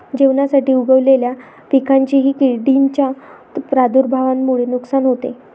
जेवणासाठी उगवलेल्या पिकांचेही किडींच्या प्रादुर्भावामुळे नुकसान होते